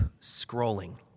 scrolling